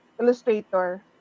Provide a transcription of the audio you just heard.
illustrator